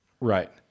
Right